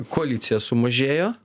koalicija sumažėjo